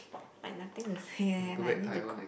like nothing to say eh like need to call